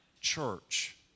church